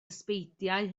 ysbeidiau